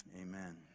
Amen